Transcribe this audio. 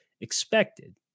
expected